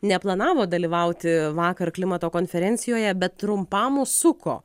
neplanavo dalyvauti vakar klimato konferencijoje bet trumpam užsuko